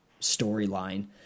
storyline